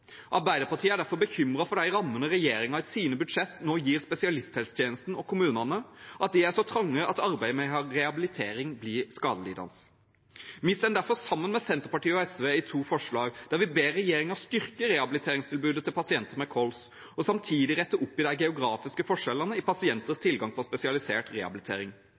Arbeiderpartiet er derfor bekymret for de rammene regjeringen i sine budsjett nå gir spesialisthelsetjenesten og kommunene – at de er så trange at arbeidet med rehabilitering blir skadelidende. Vi står derfor sammen med Senterpartiet og SV om to forslag, der vi ber regjeringen styrke rehabiliteringstilbudet til pasienter med kols og samtidig rette opp i de geografiske forskjellene i pasienters tilgang på spesialisert rehabilitering.